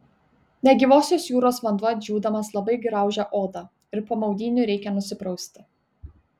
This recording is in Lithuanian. negyvosios jūros vanduo džiūdamas labai graužia odą ir po maudynių reikia nusiprausti